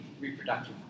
reproductive